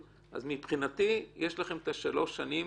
מבחינתי יש לכם שלוש שנים